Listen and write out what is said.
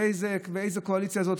ואיזה קואליציה זאת,